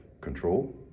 control